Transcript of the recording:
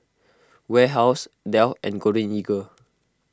Warehouse Dell and Golden Eagle